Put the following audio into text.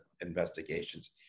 investigations